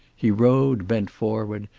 he rode bent forward,